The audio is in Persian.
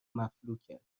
مفلوکه